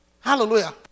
hallelujah